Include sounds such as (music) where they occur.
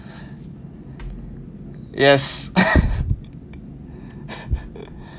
yes (laughs)